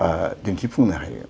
ओ दिन्थिफुंनो हायो